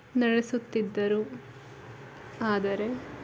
ನಡೆಸುತ್ತಿದ್ದರು ಆದರೆ